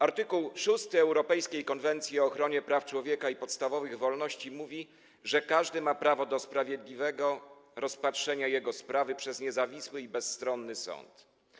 Art. 6 europejskiej Konwencji o ochronie praw człowieka i podstawowych wolności mówi, że każdy ma prawo do sprawiedliwego rozpatrzenia jego sprawy przez niezawisły i bezstronny sąd.